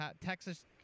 Texas